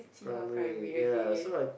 primary ya so I